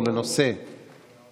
גירושין הפכו